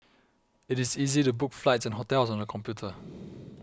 it is easy to book flights and hotels on the computer